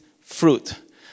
fruit